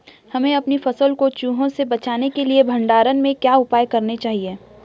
हमें अपनी फसल को चूहों से बचाने के लिए भंडारण में क्या उपाय करने चाहिए?